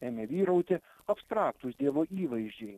ėmė vyrauti abstraktūs dievo įvaizdžiai